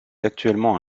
actuellement